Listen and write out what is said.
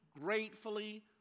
gratefully